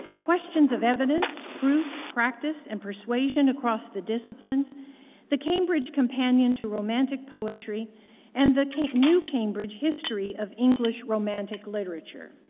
questions of evidence proof, practice, and persuasion across the disciplines the cambridge companion to romantic poetry and the new cambridge history of english romantic literature